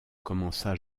commença